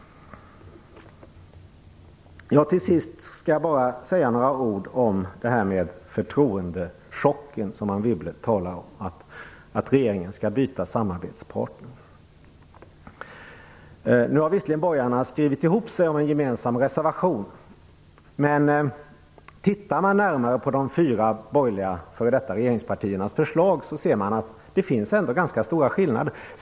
Till sist skall jag bara säga några ord om förtroendechocken, som Anne Wibble talade om. Hon tyckte att regeringen skulle byta samarbetspartner. Nu har borgarna visserligen skrivit en gemensam reservation, men om man tittar närmare på de fyra borgerliga, före detta regeringspartiernas förslag ser man att det finns ganska stora skillnader.